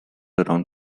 around